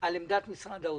על עמדת משרד האוצר.